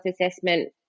assessment